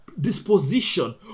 disposition